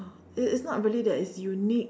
it is not really that it's unique